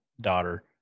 daughter